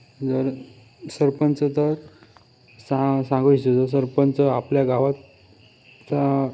जर सरपंच तर सा सांगू इच्छितो सरपंच आपल्या गावात चा